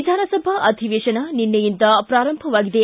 ವಿಧಾನಸಭಾ ಅಧಿವೇಶನ ನಿನ್ನೆಯಿಂದ ಪ್ರಾರಂಭವಾಗಿದೆ